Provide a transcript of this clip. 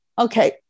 okay